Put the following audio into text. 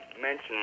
mention